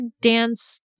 dance